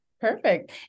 Perfect